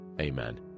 Amen